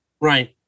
Right